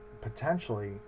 potentially